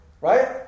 right